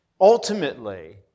ultimately